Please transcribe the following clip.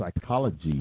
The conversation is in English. psychology